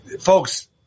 Folks